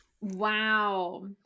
wow